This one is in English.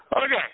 Okay